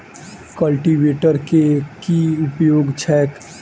Cultivator केँ की उपयोग छैक?